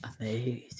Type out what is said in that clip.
Amazing